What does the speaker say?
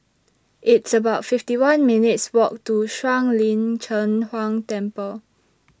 It's about fifty one minutes' Walk to Shuang Lin Cheng Huang Temple